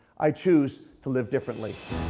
i choose to live differently.